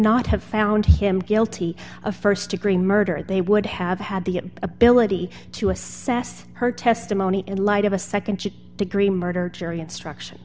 not have found him guilty of st degree murder they would have had the ability to assess her testimony in light of a nd degree murder jury instruction